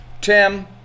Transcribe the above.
Tim